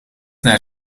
naar